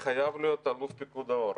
חייב להיות אלוף פיקוד העורף,